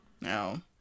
No